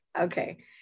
Okay